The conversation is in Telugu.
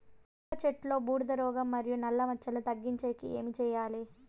మిరప చెట్టులో బూడిద రోగం మరియు నల్ల మచ్చలు తగ్గించేకి ఏమి చేయాలి?